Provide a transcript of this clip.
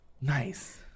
Nice